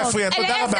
נא לא להפריע, תודה רבה.